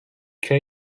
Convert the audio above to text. köy